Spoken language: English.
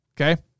okay